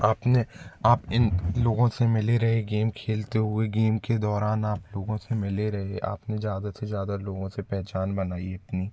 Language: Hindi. आप ने आप इन लोगों से मिले रहे गेम खेलते हुए गेम के दौरान आप लोगों से मिले रहे आप ने ज़्यादा से ज़्यादा लोगों से पहचान बनाई अपनी